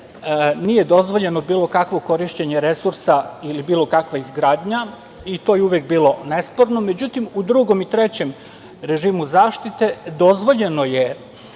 nije dozvoljeno bilo kakvo korišćenje resursa ili bilo kakva izgradnja i to je uvek bilo nesporno. Međutim, u drugom i trećem režimu zaštite dozvoljeno je